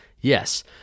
Yes